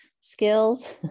skills